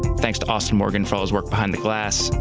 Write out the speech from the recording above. thanks to austin morgan for all his work behind the glass.